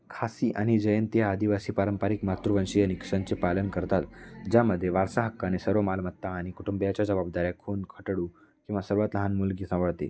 खासी आणि जयंतिया आदिवासी पारंपरिक मातृवंशीय निकषांचे पालन करतात ज्यामध्ये वारसा हक्काने सर्व मालमत्ता आणि कुटुंबाच्या जबाबदाऱ्या खुन खट्डु किंवा सर्वात लहान मुलगी सांभाळते